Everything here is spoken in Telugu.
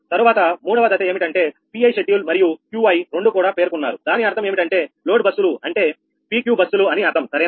తరువాత మూడవ దశ ఏమిటంటే 𝑃𝑖 షెడ్యూల్ మరియు 𝑄𝑖 రెండు కూడా పేర్కొన్నారు దాని అర్థం ఏమిటంటే లోడ్ బస్సులు అంటే PQ బస్సులు అని అర్థం సరేనా